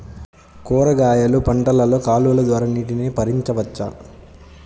కూరగాయలు పంటలలో కాలువలు ద్వారా నీటిని పరించవచ్చా?